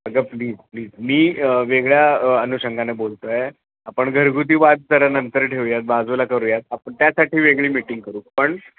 अगं please please मी वेगळ्या अनुषंगाने बोलतोय आपण घरगुती वाद जरानंतर ठेवूयात बाजूला करूया आपण त्यासाठी वेगळी मीटिंग करू पण